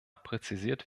präzisiert